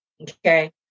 Okay